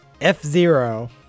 F-Zero